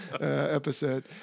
episode